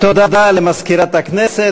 תודה למזכירת הכנסת.